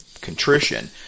contrition